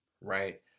right